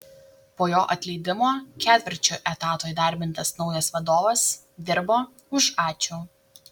po jo atleidimo ketvirčiu etato įdarbintas naujas vadovas dirbo už ačiū